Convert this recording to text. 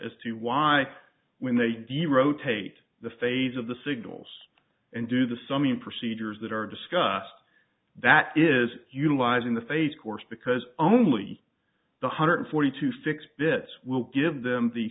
as to why when they do you rotate the phase of the signals and do the summing procedures that are discussed that is utilizing the face course because only the hundred forty two fix bits will give them the